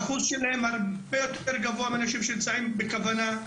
האחוז שלהם הרבה יותר גבוה מאנשים שנמצאים בכוונה,